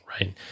right